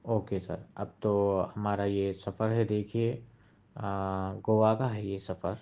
okay sir اب تو ہمارا یہ سفر ہے دیکھیے گوا کا ہے یہ سفر